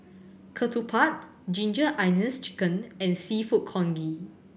ketupat Ginger Onions Chicken and Seafood Congee